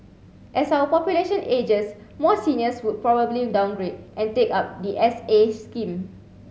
as our population ages more seniors would probably downgrade and take up the S A scheme